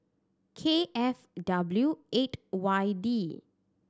K F W eight Y D